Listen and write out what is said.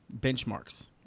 benchmarks